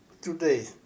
Today